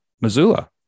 missoula